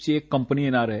ची कंपनी येणार आहे